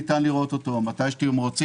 ניתן לראות אותה מתי שתרצו,